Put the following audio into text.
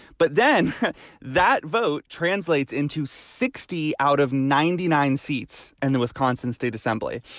but then that vote translates into sixty out of ninety nine seats and the wisconsin state assembly.